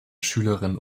schülerin